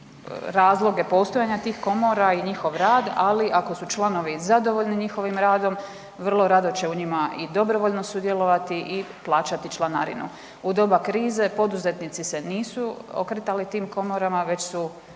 razloge postojanja tih komora i njihov rad, ali ako su članovi zadovoljni njihovim radom, vrlo rado će u njima i dobrovoljno sudjelovati i plaćati članarinu. U doba krize poduzetnici se nisu okretali tim komorama već su